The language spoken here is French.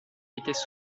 étaient